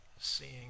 seeing